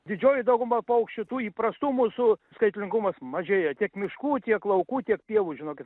didžioji dauguma paukščių tų įprastų mūsų skaitlingumas mažėja tiek miškų tiek laukų tiek pievų žinokit